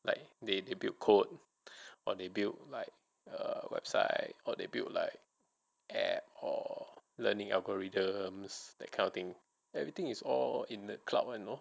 like they they build code or they build like a website or they built like app or learning algorithms that kind of thing everything is or in the cloud [one] you know